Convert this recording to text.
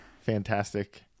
fantastic